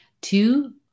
Two